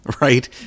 Right